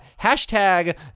Hashtag